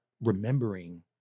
remembering